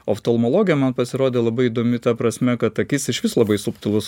oftalmologija man pasirodė labai įdomi ta prasme kad akis išvis labai subtilus